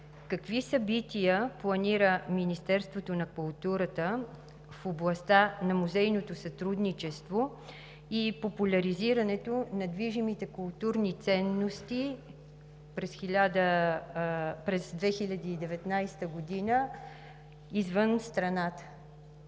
какви събития планира Министерството на културата в областта на музейното сътрудничество и популяризирането на движимите културни ценности през 2019 г. извън страната?